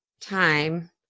time –